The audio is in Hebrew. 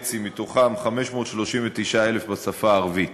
מתוכם 539,000 בשפה הערבית.